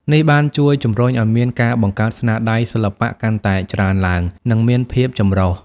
នេះបានជួយជំរុញឲ្យមានការបង្កើតស្នាដៃសិល្បៈកាន់តែច្រើនឡើង និងមានភាពចម្រុះ។